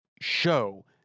show